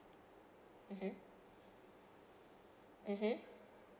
(uh huh) (uh huh)